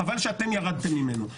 חבל שאתם ירדתם ממנו,